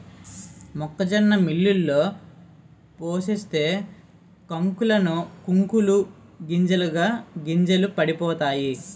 మొక్కజొన్న మిల్లులో పోసేస్తే కంకులకు కంకులు గింజలకు గింజలు పడిపోతాయి